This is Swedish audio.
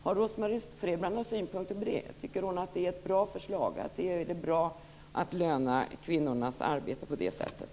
Har Rose-Marie Frebran några synpunkter på det? Tycker hon att det är ett bra förslag att löna kvinnornas arbete på det sättet?